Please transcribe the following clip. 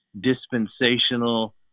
dispensational